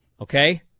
okay